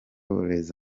les